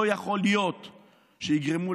לא יכול להיות שיגרמו,